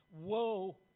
Woe